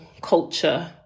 culture